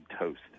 toast